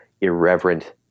irreverent